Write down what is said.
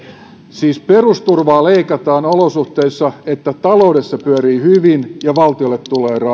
siis perusturvaa leikataan olosuhteissa joissa taloudessa pyörii hyvin ja valtiolle tulee rahaa